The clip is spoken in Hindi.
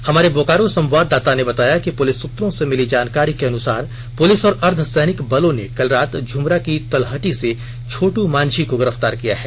हमारे बोकारो संवाददाता ने बताया है कि पुलिस सूत्रों से मिली जानकारी के अनुसार पुलिस और अर्द्वसैनिक बलों ने कल रात झुमरा की तलहटी से छोटू मांझी को गिरफ्तार किया है